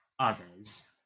others